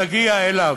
תגיע אליו.